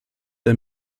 der